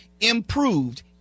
improved